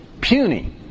puny